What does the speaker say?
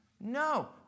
No